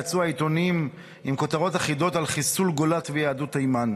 יצאו העיתונים עם כותרות אחידות על חיסול גולת ויהדות תימן,